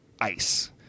Ice